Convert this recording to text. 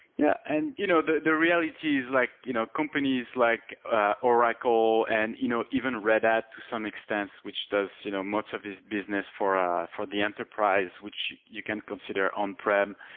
yeah, and you know the the reality is like you know companies like ah oracle and you know even red hat to some extents, which does you know most of its business for ah for the enterprise which you can consider on-prem,